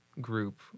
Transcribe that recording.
group